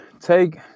take